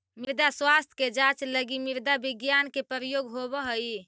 मृदा स्वास्थ्य के जांच लगी मृदा विज्ञान के प्रयोग होवऽ हइ